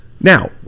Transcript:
Now